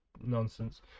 nonsense